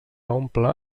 omple